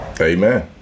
Amen